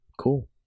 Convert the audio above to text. Cool